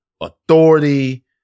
authority